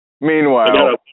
Meanwhile